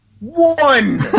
one